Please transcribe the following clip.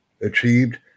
achieved